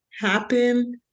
happen